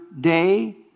day